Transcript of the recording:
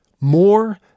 More